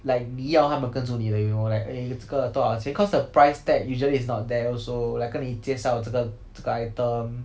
like 你要他们跟着你的 you know like eh 这个多少钱 cause the price tag usually is not there also like 跟你介绍这个这个 item